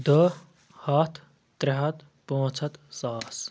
دہ ہَتھ ترٛےٚ ہَتھ پانٛژھ ہَتھ ساس